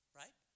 right